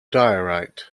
diorite